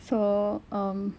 so um